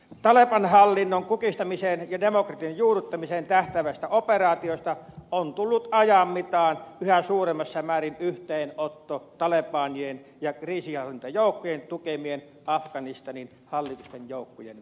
taleban hallinnon kukistamiseen ja demokratian juurruttamiseen tähtäävästä operaatiosta on tullut ajan mittaan yhä suuremmassa määrin yhteenotto talebanien ja kriisinhallintajoukkojen tukemien afganistanin hallituksen joukkojen välillä